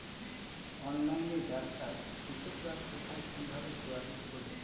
অনলাইনে ব্যবসায় কৃষকরা কোথায় কিভাবে যোগাযোগ করবে?